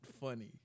funny